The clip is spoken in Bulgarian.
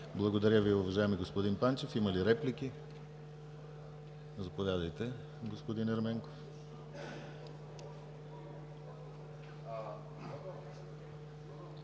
Благодаря Ви, уважаеми господин Панчев. Има ли реплики? Заповядайте, господин Ерменков.